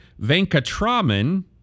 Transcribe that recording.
Venkatraman